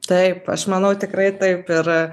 taip aš manau tikrai taip ir